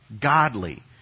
godly